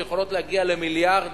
שיכולות להגיע למיליארדים,